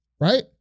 right